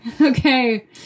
Okay